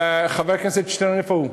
חבר הכנסת שטרן, איפה הוא?